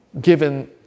given